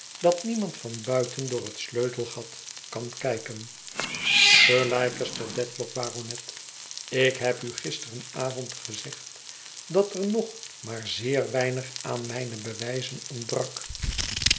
dat niemand van buiten door het sleutelgat kan kijken sir leicester dedlock baronet ik heb u gisteravond gezegd dat er nog riiaar zeer weinig aan mijne bewijzen ontbrak